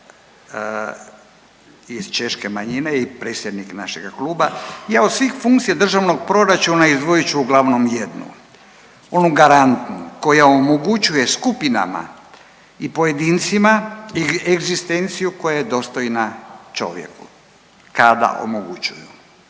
iz Češke manjine i predsjednik našega kluba. Ja od svih funkcija Državnog proračuna izdvojit ću uglavnom jednu. Onu garantnu koja omogućuje skupinama i pojedincima egzistenciju koja je dostojna čovjeku kada omogućuju